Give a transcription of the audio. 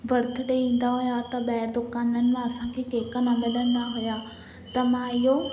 berth day ईंदा हुया त ॿाहिरि दुकाननि मां असांखे केक मिलंदा हुया त मां इहो